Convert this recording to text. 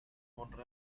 போன்ற